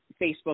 Facebook